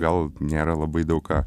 gal nėra labai daug ką